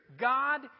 God